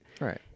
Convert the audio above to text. Right